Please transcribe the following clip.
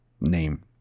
name